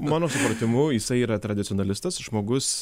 mano supratimu jisai yra tradicionalistas žmogus